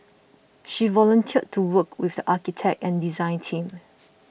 she volunteered to work with the architect and design team